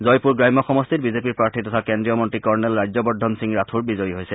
জয়পুৰ গ্ৰাম্য সমষ্টিত বিজেপিৰ প্ৰাৰ্থী তথা কেন্দ্ৰীয় মন্নী কৰ্ণেল ৰাজ্যবৰ্যন সিং ৰাথোড় বিজয়ী হৈছে